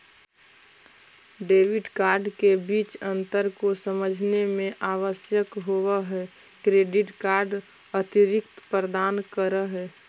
Debit card के बीच अंतर को समझे मे आवश्यक होव है क्रेडिट कार्ड अतिरिक्त प्रदान कर है?